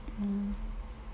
mm